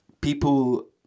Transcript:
people